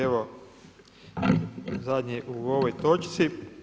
Evo zadnji u ovoj točci.